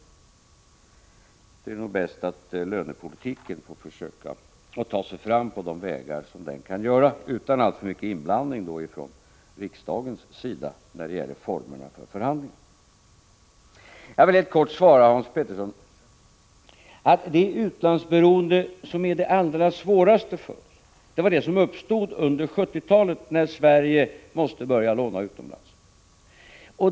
Nej, det är nog bäst att lönepolitiken får försöka ta sig fram på de vägar där det kan låta sig göras, utan alltför mycket inblandning från riksdagens sida när det gäller formerna för förhandlingarna. Jag vill helt kort svara Hans Petersson i Hallstahammar att det utlandsberoende som är allra svårast för oss var det som uppstod under 1970-talet när Sverige måste börja låna utomlands.